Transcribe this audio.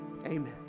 Amen